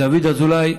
דוד אזולאי,